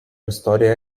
istoriją